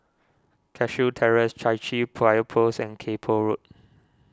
Cashew Terrace Chai Chee Fire Post and Kay Poh Road